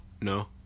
no